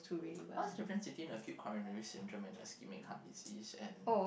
what's a different between acute coronary syndrome and ischemic heart disease and